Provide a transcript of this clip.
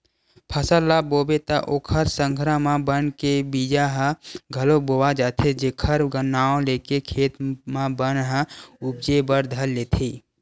फसल ल बोबे त ओखर संघरा म बन के बीजा ह घलोक बोवा जाथे जेखर नांव लेके खेत म बन ह उपजे बर धर लेथे